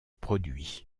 produits